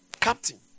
captain